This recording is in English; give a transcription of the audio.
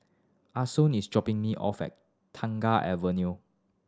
Ason is dropping me off at Tengah Avenue